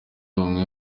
umwe